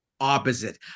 opposite